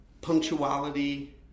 punctuality